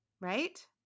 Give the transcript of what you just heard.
Right